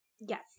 Yes